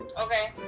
Okay